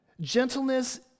Gentleness